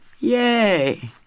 Yay